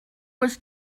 was